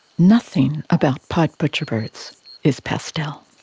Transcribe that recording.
nothing about pied butcherbirds is pastel.